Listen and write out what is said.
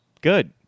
good